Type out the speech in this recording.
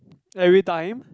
everytime